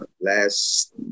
last